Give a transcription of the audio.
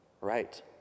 right